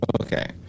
Okay